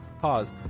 Pause